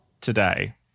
today